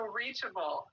reachable